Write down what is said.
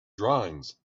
drawings